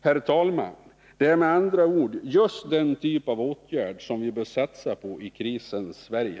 Det är, herr talman, med andra ord just den typ av åtgärd som vi bör satsa på i krisens Sverige.